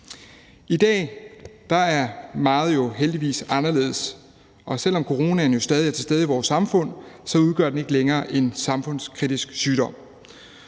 I dag er meget jo heldigvis anderledes, og selv om coronaen stadig er til stede i vores samfund, udgør den ikke længere en samfundskritisk sygdom.